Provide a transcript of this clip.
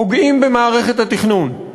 פוגעים במערכת התכנון.